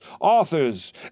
authors